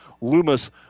Loomis